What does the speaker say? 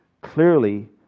clearly